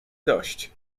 dość